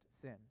sin